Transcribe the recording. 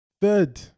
Third